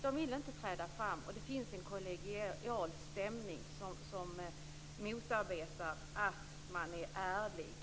De vill inte träda fram, och det finns en kollegial stämning som motverkar ärlighet.